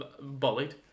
bullied